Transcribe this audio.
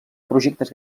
projectes